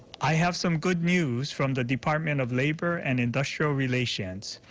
i have some good news from the department of labor and industrial relations.